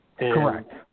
Correct